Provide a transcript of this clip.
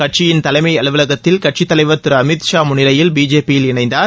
கட்சியின் தலைமை அலுவலகத்தில் கட்சி தலைவர் திரு அமித்ஷா முன்னிலையில் அவர் பிஜேபி யில் இணைந்தார்